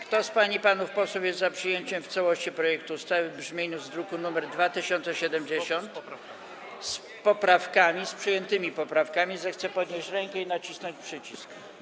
Kto z pań i panów posłów jest za przyjęciem w całości projektu ustawy w brzmieniu z druku nr 2070, wraz z przyjętymi poprawkami, zechce podnieść rękę i nacisnąć przycisk.